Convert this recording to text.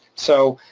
so